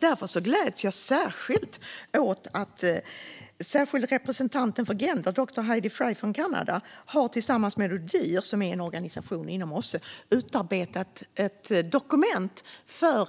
Därför gläds jag särskilt åt att den särskilda representanten för gender, doktor Hedy Fry från Kanada, tillsammans med ODIHR, som är en organisation inom OSSE, har utarbetat ett dokument för